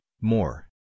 more